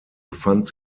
befand